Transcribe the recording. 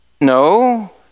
No